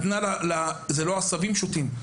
זה כבר לא עשבים שוטים,